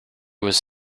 was